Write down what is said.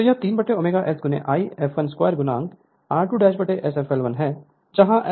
तो यह 3ω S I fl2 r2Sfl है और जहां Sfl फुल लोड स्लिप है